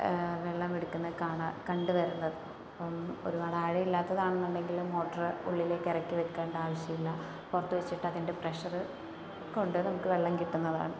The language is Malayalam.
വെള്ളമെടുക്കുന്നത് കാണാറ് കണ്ടു വരുന്നത് അപ്പം ഒരുപാട് ആഴം ഇല്ലാത്തതാണെന്നുണ്ടെങ്കിൽ മോട്ടറ് ഉള്ളിലേക്ക് ഇറക്കി വയ്ക്കേണ്ട ആവശ്യമില്ല പുറത്തു വെച്ചിട്ട് അതിൻ്റെ പ്രഷറ് കൊണ്ട് നമുക്ക് വെള്ളം കിട്ടുന്നതാണ്